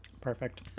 Perfect